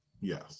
yes